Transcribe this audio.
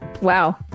Wow